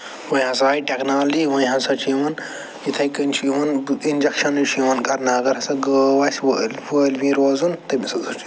وۄنۍ ہسا آے ٹٮ۪کنالجی وۄنۍ ہسا چھِ یِوان یِتھَے کٔنۍ چھِ یِوان اِنٛجکشَنٕے چھُ یِوان کرنہٕ اگر ہسا گٲو آسہِ وٲلوِنۍ روزُن تٔمِس چھُ